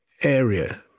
area